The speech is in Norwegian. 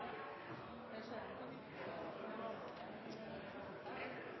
Så vil jeg